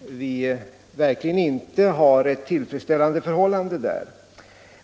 Vi har verkligen inte ett tillfredsställande förhållande på den punkten.